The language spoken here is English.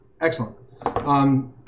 Excellent